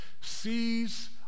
sees